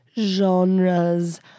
genres